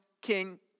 king